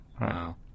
Wow